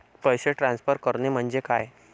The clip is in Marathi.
पैसे ट्रान्सफर करणे म्हणजे काय?